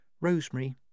Rosemary